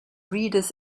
reader’s